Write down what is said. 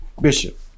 Bishop